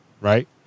right